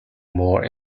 more